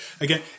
again